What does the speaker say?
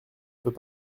peut